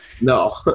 No